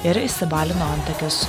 ir išsibalino antakius